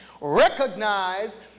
recognize